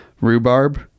rhubarb